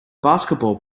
basketball